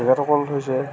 তেখেতসকল হৈছে